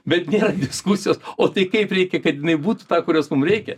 bet nėra diskusijos o tai kaip reikia kad jinai būtų tą kurios mums reikia